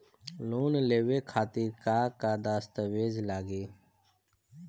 Loan लेवे खातिर का का दस्तावेज लागी?